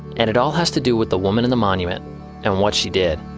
and it all has to do with the woman in the monument and what she did